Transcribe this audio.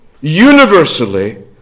universally